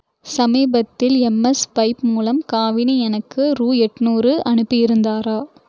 சமீபத்தில் எம்ஸ்வைப் மூலம் காவினி எனக்கு ரு எண்ணூறு அனுப்பியிருந்தாரா